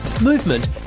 movement